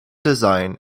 design